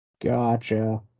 Gotcha